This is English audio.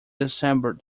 december